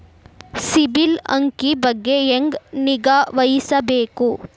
ಸಿಬಿಲ್ ಅಂಕಿ ಬಗ್ಗೆ ಹೆಂಗ್ ನಿಗಾವಹಿಸಬೇಕು?